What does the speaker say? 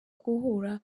guhura